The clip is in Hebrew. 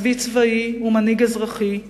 מצביא צבאי ומנהיג אזרחי,